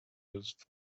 those